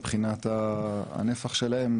מבחינת הנפח שלהם